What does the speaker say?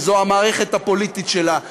וזו המערכת הפוליטית שלה,